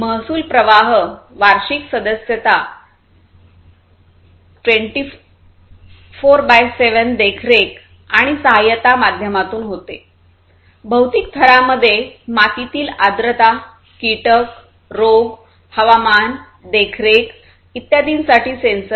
महसूल प्रवाह वार्षिक सदस्यता 24 x 7 देखरेख आणि सहाय्य माध्यमातून होते भौतिक थरामध्ये मातीतील आर्द्रता कीटक रोग हवामान देखरेख इत्यादींसाठी सेन्सर आहेत